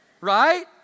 Right